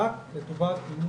נועדה לאפשר את המטרו.